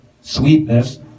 sweetness